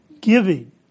Giving